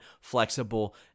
flexible